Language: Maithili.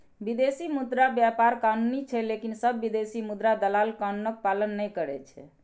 विदेशी मुद्रा व्यापार कानूनी छै, लेकिन सब विदेशी मुद्रा दलाल कानूनक पालन नै करै छै